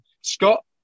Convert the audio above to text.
Scott